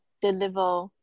deliver